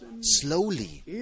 slowly